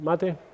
Mate